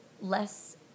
less